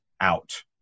out